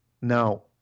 Now